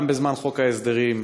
גם בזמן חוק ההסדרים,